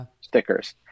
stickers